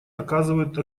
оказывают